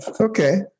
Okay